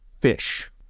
fish